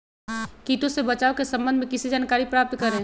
किटो से बचाव के सम्वन्ध में किसी जानकारी प्राप्त करें?